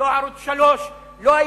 לא ערוץ-3,